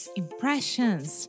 impressions